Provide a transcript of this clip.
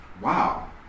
wow